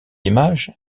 images